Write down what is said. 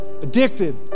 addicted